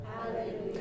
Hallelujah